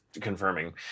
confirming